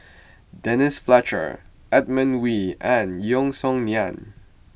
Denise Fletcher Edmund Wee and Yeo Song Nian